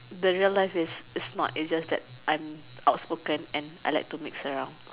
the real life is is not it's just that I am outspoken and I like to mix around